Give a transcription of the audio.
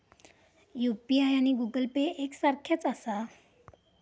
UPI आणि Google Pay एक सारख्याच आसा?